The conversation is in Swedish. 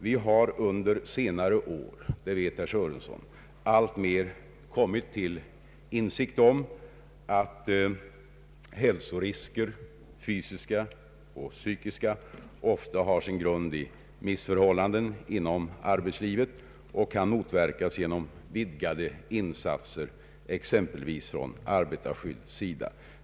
Vi har under senare år — och det vet herr Sörenson — alltmer kommit till insikt om att hälsorisker, fysiska och psykiska, ofta har sin grund i missförhållanden inom arbetslivet och kan motverkas genom vidgade insatser exempelvis från arbetarskyddets sida.